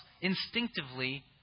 instinctively